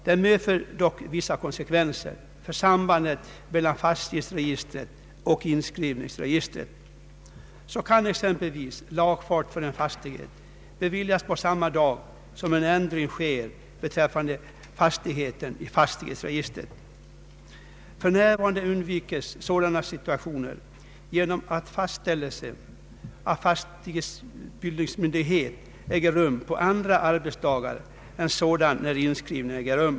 Den medför dock vissa konsekvenser för sambandet mellan fastighetsregistret och inskrivningsregistret. Så kan exempelvis lagfart för en fastighet beviljas samma dag som en ändring sker beträffande fastigheten i fastighetsregistret. För närvarande undviks en sådan situation genom att fastställelse av fastighetsbildningsåtgärd äger rum på andra arbetsdagar än när inskrivning äger rum.